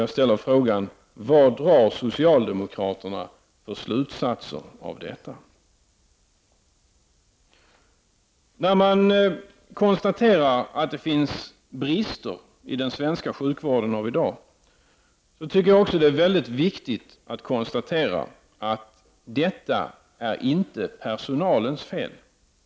Jag frågar därför: Vad drar socialdemokraterna för slutsatser av detta? När man konstaterar att det finns brister i den svenska sjukvården av i dag, är det väldigt viktigt att konstatera att detta inte är personalens fel.